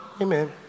Amen